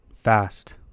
Fast